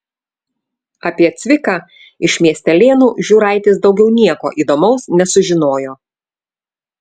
apie cviką iš miestelėnų žiūraitis daugiau nieko įdomaus nesužinojo